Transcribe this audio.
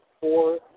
four